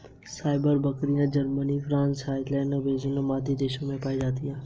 सानेंइ बकरियाँ, Germany, France, Holland, Belgium आदि देशों में भी पायी जाती है